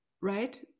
right